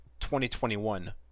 2021